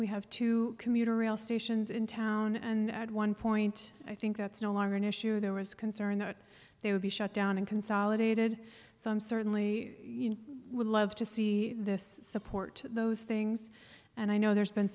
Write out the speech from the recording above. we have two commuter rail stations in town and one point i think that's no longer an issue there was concern that they would be shut down and consolidated so i'm certainly you would love to see this support those things and i know there's been